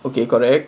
okay correct